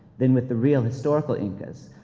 than with the real historical incas,